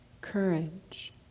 courage